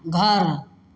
घर